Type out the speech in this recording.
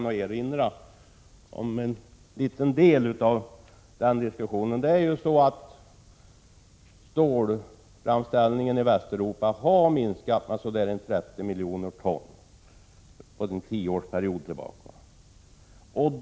Vi hade en lång diskussion om det i slutet av november. Vad som har hänt med basnäringarna, t.ex. stålindustrin i Västeuropa, är att stålframställningen har minskat med ca 30 miljoner ton under en tioårsperiod.